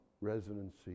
residency